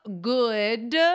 good